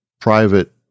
private